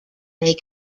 may